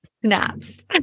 Snaps